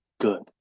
good